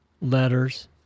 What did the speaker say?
letters